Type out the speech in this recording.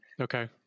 Okay